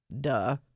Duh